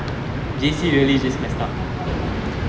J_C really just messed up